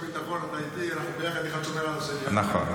נכון,